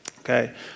Okay